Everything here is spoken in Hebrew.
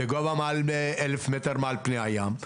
בגובה מעל אלף מטר מעל פני הים.